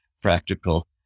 practical